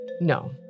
No